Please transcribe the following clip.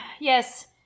Yes